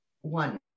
one